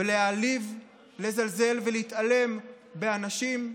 להעליב, לזלזל ולהתעלם מאנשים,